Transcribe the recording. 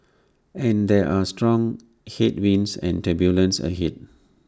and there are strong headwinds and turbulence ahead